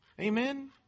Amen